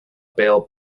bail